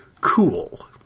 cool